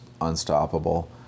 unstoppable